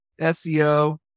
SEO